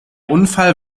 unfall